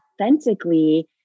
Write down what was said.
authentically